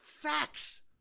facts